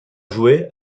joué